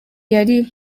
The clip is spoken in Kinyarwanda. yari